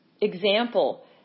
example